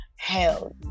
hell